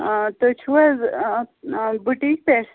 آ تُہۍ چھِو حظ آ آ بُٹیٖک پٮ۪ٹھ